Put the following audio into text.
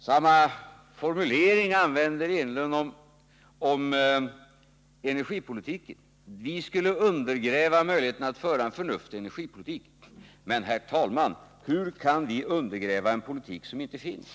Samma formulering använder Eric Enlund om energipolitiken. Vi skulle undergräva möjligheterna att föra en förnuftig energipolitik. Men, herr talman, hur kan vi undergräva en politik som inte finns?